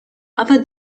other